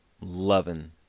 Loving